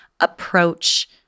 approach